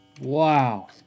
Wow